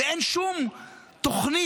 ואין שום תוכנית.